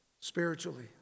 spiritually